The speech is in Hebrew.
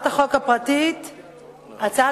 אל תאשרו.